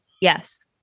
Yes